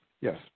Yes